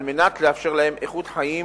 על מנת לאפשר להם איכות חיים